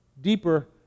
deeper